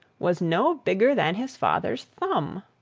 was no bigger than his father's thumb!